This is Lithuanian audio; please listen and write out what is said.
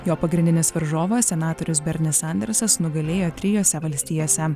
jo pagrindinis varžovas senatorius bernis sandersas nugalėjo trijose valstijose